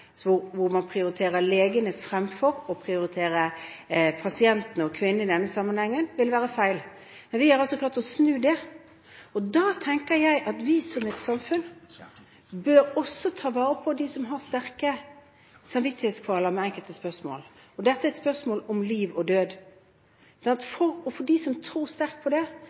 hvor man prioriterer legene fremfor å prioritere pasientene og kvinnene i denne sammenhengen, vil være feil. Men vi har altså klart å snu det, og da tenker jeg at vi som samfunn også bør ta vare på dem som har sterke samvittighetskvaler i enkelte spørsmål – og dette er et spørsmål om liv og død – for dem som tror sterkt på det.